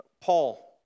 Paul